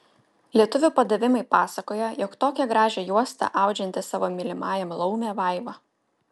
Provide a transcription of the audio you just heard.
lietuvių padavimai pasakoja jog tokią gražią juostą audžianti savo mylimajam laumė vaiva